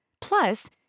Plus